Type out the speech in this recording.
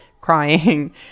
crying